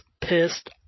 pissed